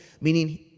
meaning